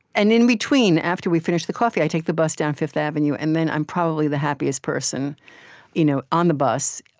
and in between, after we finish the coffee, i take the bus down fifth avenue, and then i'm probably the happiest person you know on the bus.